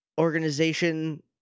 organization